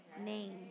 name